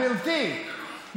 גברתי,